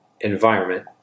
environment